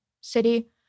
city